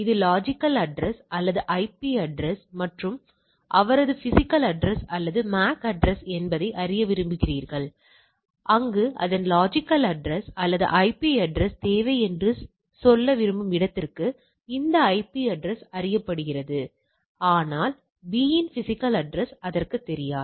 இது logical address அல்லது IP address மற்றும் அவரது பிஸிக்கல் அட்ரஸ் அல்லது MAC அட்ரஸ் என்பதை அறிய விரும்புகிறீர்கள் அங்கு அதன் லொஜிக்கல் அட்ரஸ் அல்லது ஐபி அட்ரஸ் தேவை என்று சொல்ல விரும்பும் இடத்திற்கு இந்த ஐபி அட்ரஸ் அறியப்படுகிறது இது ஆனால் b இன் பிஸிக்கல் அட்ரஸ் அதற்குத் தெரியாது